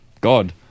god